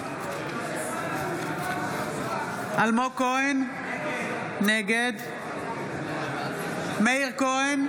בעד אלמוג כהן, נגד מאיר כהן,